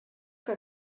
que